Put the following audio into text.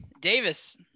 Davis